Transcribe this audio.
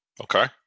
Okay